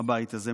הבית הזה.